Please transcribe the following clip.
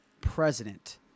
president